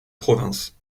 province